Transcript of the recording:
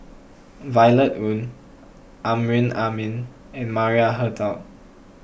Violet Oon Amrin Amin and Maria Hertogh